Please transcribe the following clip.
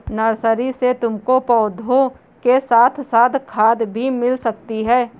nursery में तुमको पौधों के साथ साथ खाद भी मिल सकती है